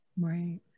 Right